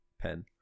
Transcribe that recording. pen